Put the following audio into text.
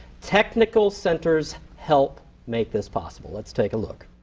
technical centers help make this possible. let's take a look.